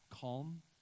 calm